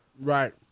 Right